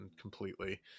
completely